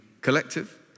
collective